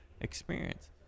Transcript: experience